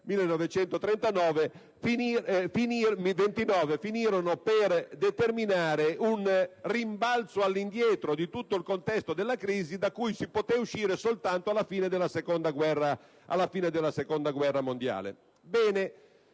1929, finirono per determinare un rimbalzo all'indietro del contesto della crisi, da cui si poté uscire soltanto alla fine della Seconda guerra mondiale.